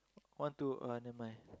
want to uh never mind